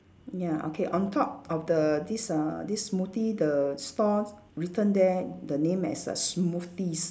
ya okay on top of the this uh this smoothie the stall written there the name as err smoothies